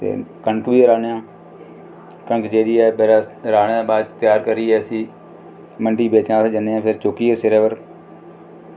ते कनक बी राह्ने आं कनक जेह्ड़ी ऐ राह्ने दे बाद त्यार करियै इसी मंडी बेचने गी जन्ने आं अस सिरै पर रक्खियै इसी